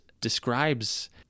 describes